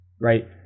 right